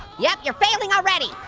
yep, you're failing already.